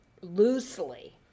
loosely